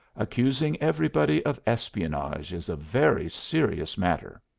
accusing everybody of espionage is a very serious matter.